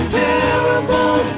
terrible